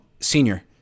senior